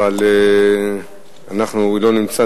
אבל הוא לא נמצא,